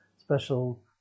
special